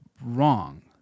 wrong